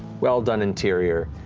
well-done interior.